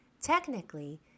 Technically